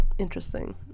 Interesting